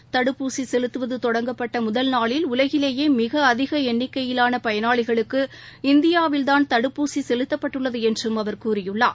நாளில் தடுப்பூசிசெலுத்துவதுதொடங்கப்பட்டமுதல் உலகிலேயேமிகஅதிகஎண்ணிக்கையிலானபயனாளிகளுக்கு இந்தியாவில்தான் தடுப்பூசிசெலுத்தப்பட்டுள்ளதுஎன்றும் அவர் கூறியுள்ளார்